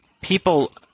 people